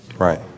Right